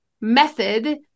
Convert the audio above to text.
method